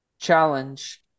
challenge